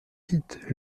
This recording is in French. vite